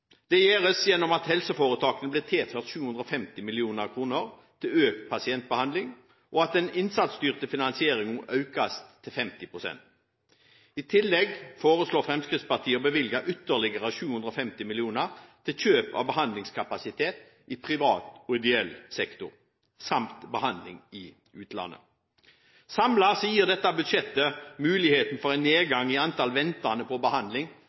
Det gjøres ved at helseforetakene blir tilført 750 mill. kr til økt pasientbehandling, og at den innsatsstyrte finansieringen økes til 50 pst. I tillegg foreslår Fremskrittspartiet å bevilge ytterligere 750 mill. kr til kjøp av behandlingskapasitet i privat og ideell sektor, samt til behandling i utlandet. Samlet gir dette budsjettet mulighet for en nedgang på 50 000 pasienter når det gjelder antallet som venter på behandling